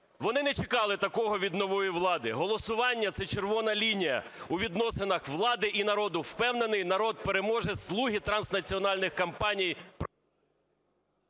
вони не чекали такого від нової влади. Голосування – це "червона лінія" у відносинах влади і народу. Впевнений, народ переможе, слуги транснаціональних компаній…